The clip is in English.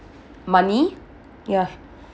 money ya